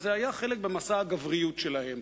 וזה היה חלק במסע הגבריות שלהם.